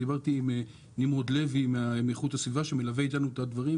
דיברתי עם נמרוד לוי מאיכות הסביבה שמלווה איתנו את הדברים,